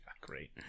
great